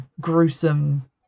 gruesome